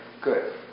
Good